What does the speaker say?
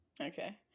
Okay